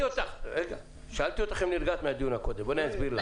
אותך אם נרגעת מהדיון הקודם ואני אסביר לך.